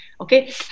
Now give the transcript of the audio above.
okay